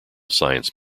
science